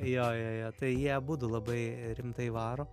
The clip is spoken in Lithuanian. jo jo jo tai jie abudu labai rimtai varo